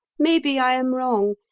maybe i am wrong,